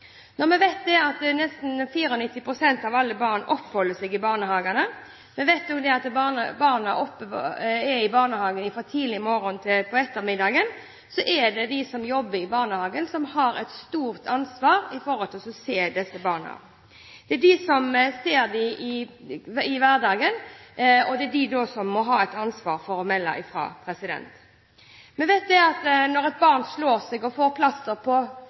Når vi vet at nesten 94 pst. av alle barn oppholder seg i barnehagen – vi vet at barna er i barnehagen fra tidlig på morgenen til utpå ettermiddagen – er det de som jobber i barnehagen, som har et stort ansvar for å se disse barna. Det er de som ser dem i hverdagen, som må ha et ansvar for å melde fra. Vi vet at når et barn slår seg og får plaster på foten sin, kanskje, eller på armen sin, er de veldig interessert i å vise dette – se, jeg har fått plaster på!